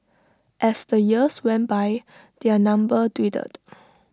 as the years went by their number dwindled